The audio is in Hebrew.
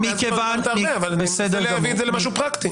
מאז כבר דיברת הרבה אבל אני מנסה להביא את זה למשהו פרקטי.